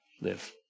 live